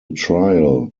trial